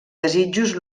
desitjos